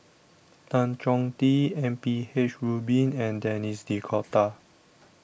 Tan Chong Tee M P H Rubin and Denis D'Cotta